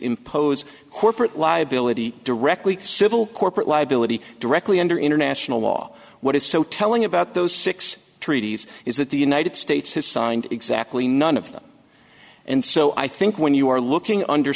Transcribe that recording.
impose corporate liability directly civil corporate liability directly under international law what is so telling about those six treaties is that the united states has signed exactly none of them and so i think when you are looking under